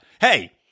hey